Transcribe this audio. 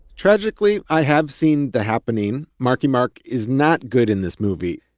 tragically, i have seen the happening. marky mark is not good in this movie,